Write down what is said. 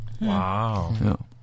Wow